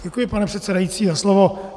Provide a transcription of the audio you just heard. Děkuji, pane předsedající, za slovo.